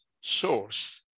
source